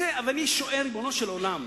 אני שואל: ריבונו של עולם,